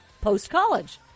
post-college